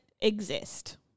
exist